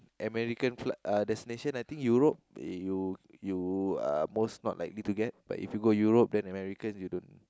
American fli~ uh destination I think Europe you you uh most not likely to get but if you go Europe then American you don't